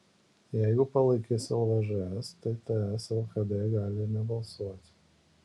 jeigu palaikys lvžs tai ts lkd gali ir nebalsuoti